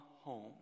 home